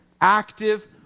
active